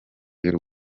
y’u